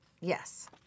Yes